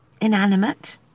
Inanimate